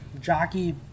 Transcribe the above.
jockey